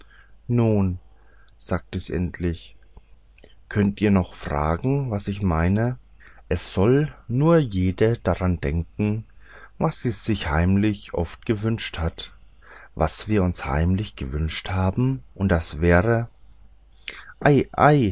nun sagte sie endlich könnt ihr noch fragen was ich meine es soll nur jede daran denken was sie sich heimlich oft gewünscht hat was wir uns heimlich gewünscht haben und was wäre